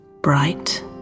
bright